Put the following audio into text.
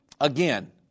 Again